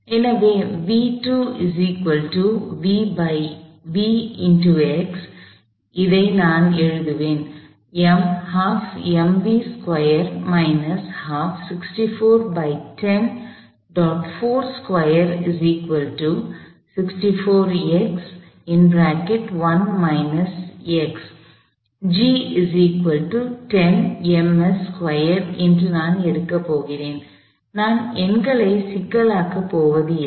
எனவே நான் அதை எழுதுவேன் என்று நான் எடுக்கப் போகிறேன் நான் எண்களை சிக்கலாக்கப் போவதில்லை